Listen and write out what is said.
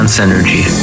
energy